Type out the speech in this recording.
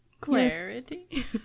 Clarity